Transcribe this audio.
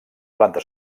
planta